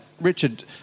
richard